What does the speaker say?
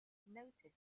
noticed